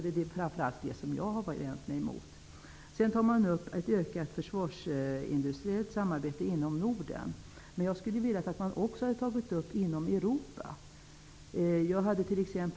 Det är framför allt det jag har vänt mig emot. Utskottet tar i betänkandet upp frågan om ett utökat försvarsindustriellt samarbete inom Norden. Jag ville att man också skulle ta upp frågan om ett sådant samarbete inom Europa.